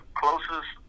closest